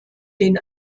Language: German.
den